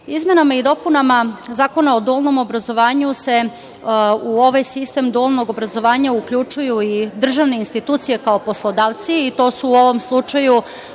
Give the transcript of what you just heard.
časova. Izmenama i dopunama Zakona o dualnom obrazovanju se u ovaj sistem dualnog obrazovanja uključuju i državne institucije kao poslodavci i to su u ovom slučaju